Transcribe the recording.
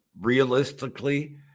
realistically